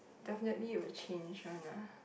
definitely will change one ah